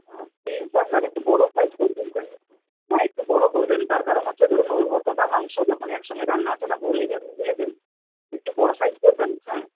piece আপনার একটু বড়ো সাইজ করবেন কারণ না একটু বড়ো করবেন তার কারণ হচ্ছে ধরুন ঐ অতটা মাংস যখন একসঙ্গে রান্না আছে না গলে যাবে বুঝেছেন তাই একটু বড়ো সাইজ করবেন হ্যাঁ